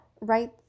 right